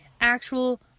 actual